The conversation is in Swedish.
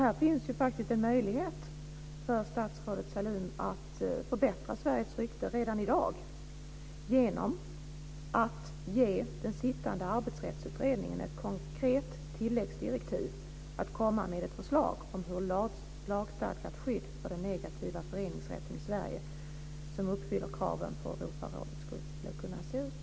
Det finns en möjlighet för statsrådet Sahlin att förbättra Sveriges rykte redan i dag genom att ge den sittande arbetsrättsutredningen ett konkret tilläggsdirektiv att komma med ett förslag om hur ett lagstadgat skydd för den negativa föreningsrätten i Sverige som uppfyller kraven från Europarådet skulle kunna se ut.